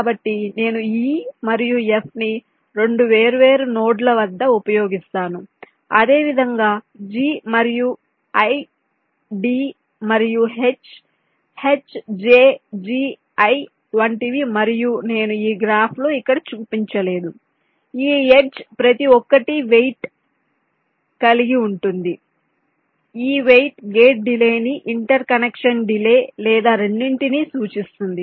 కాబట్టి నేను E మరియు F ని 2 వేర్వేరు నోడ్ల వద్ద ఉపయోగిస్తాను అదేవిధంగా G మరియు I D మరియు H HJGI వంటివి మరియు నేను ఈ గ్రాఫ్లో ఇక్కడ చూపించలేదు ఈ ఎడ్జ్ ప్రతి ఒక్కటి వెయిట్ కలిగి ఉంటుంది ఈ వెయిట్ గేట్ డిలే ని ఇంటర్ కనెక్షన్ డిలే లేదా రెండిటిని సూచిస్తుంది